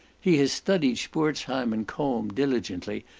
he has studied spurzheim and combe diligently,